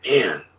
Man